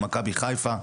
מכבי חיפה.